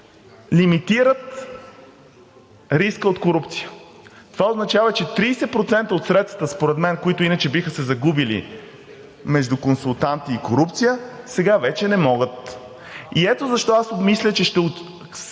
лимитират риска от корупция. Това означава, че 30% от средствата според мен, които иначе биха се загубили между консултанти и корупция, сега вече не могат. Ето защо, аз мисля, че всички